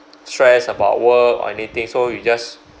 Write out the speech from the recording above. stress about work or anything so you just